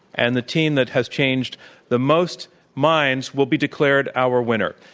and the team that has changed the most minds will be declared our winner.